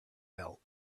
belt